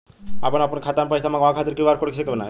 आपन खाता मे पईसा मँगवावे खातिर क्यू.आर कोड कईसे बनाएम?